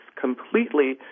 completely